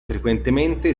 frequentemente